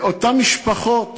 אותן משפחות